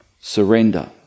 surrender